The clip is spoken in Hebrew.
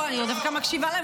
אני דווקא מקשיבה להם.